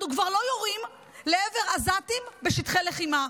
אנחנו כבר לא יורים לעבר עזתים בשטחי לחימה.